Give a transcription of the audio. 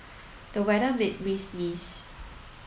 the weather made me sneeze